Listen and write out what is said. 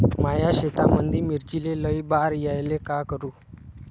माया शेतामंदी मिर्चीले लई बार यायले का करू?